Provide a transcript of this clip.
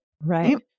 right